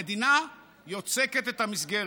המדינה יוצקת את המסגרת,